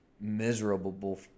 miserable